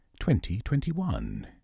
2021